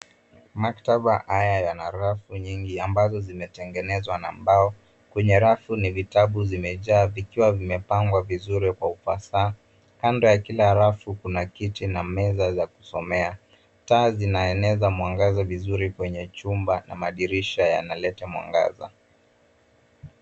Maktaba haya yana rafu nyingi ambazo zimetengenezwa na mbao. Kwenye rafu ni vitabu zimejaa vikiwa vimepangwa vizuri kwa ufasaha. Kando ya kila rafu kuna kiti na meza za kusomea. Taa zinaeneza mwangaza vizuri kwenye chumba na madirisha yanaleta mwangaza.